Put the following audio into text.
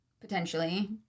potentially